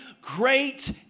great